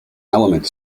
element